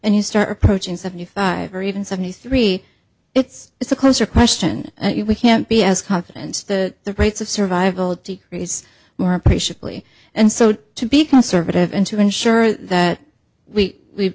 and you start approaching seventy five or even seventy three it's it's a closer question you can't be as confidence to the rights of survival decrease or appreciably and so to be conservative and to ensure that we we've